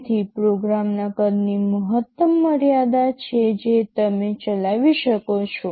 તેથી પ્રોગ્રામના કદની મહત્તમ મર્યાદા છે જે તમે ચલાવી શકો છો